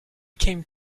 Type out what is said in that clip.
came